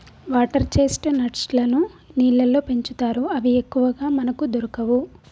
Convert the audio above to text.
water chestnuts లను నీళ్లల్లో పెంచుతారు అవి ఎక్కువగా మనకు దొరకవు